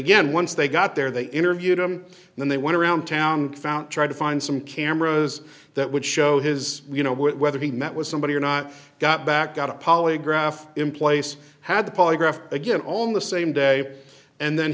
again once they got there they interviewed him and they want to around town found try to find some cameras that would show his you know whether he met with somebody or not got back got a polygraph in place had the polygraph again on the same day and then